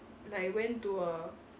like went to a